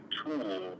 tool